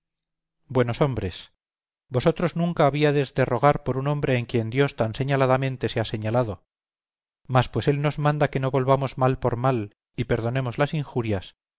buenos hombres vosotros nunca habíades de rogar por un hombre en quien dios tan señaladamente se ha señalado mas pues él nos manda que no volvamos mal por mal y perdonemos las injurias